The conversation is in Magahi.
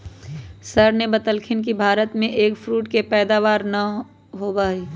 सर ने बतल खिन कि भारत में एग फ्रूट के पैदावार ना होबा हई